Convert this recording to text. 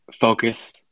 focus